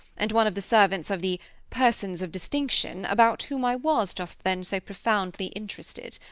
and one of the servants of the persons of distinction about whom i was, just then, so profoundly interested.